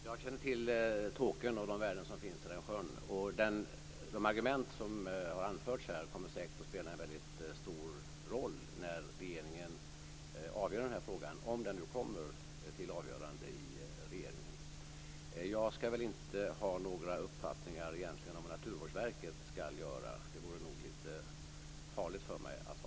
Fru talman! Jag känner till Tåkern och de värden som finns i den sjön. De argument som har anförts här kommer säkert att spela en stor roll när regeringen avgör denna fråga, om den nu kommer till avgörande i regeringen. Jag skall egentligen inte ha några uppfattningar om vad Naturvårdsverket skall göra. Det vore nog lite farligt för mig att ha.